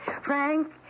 Frank